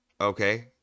Okay